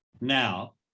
now